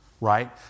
right